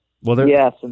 Yes